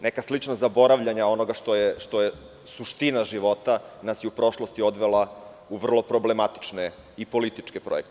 Neka slična zaboravljanja onoga što je suština života nas je u prošlosti odvela u vrlo problematične i političke projekte.